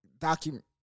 document